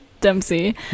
dempsey